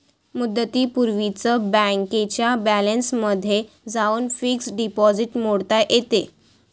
मुदतीपूर्वीच बँकेच्या बॅलन्समध्ये जाऊन फिक्स्ड डिपॉझिट मोडता येते